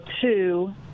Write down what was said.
two